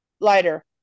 lighter